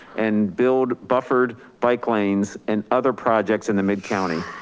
and build buffered bike lanes and other projects in the mid-county.